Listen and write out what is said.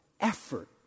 effort